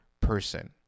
person